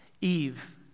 Eve